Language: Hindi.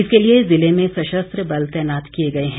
इसके लिए जिले में सशस्त्र बल तैनात किए गए हैं